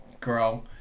grow